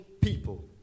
people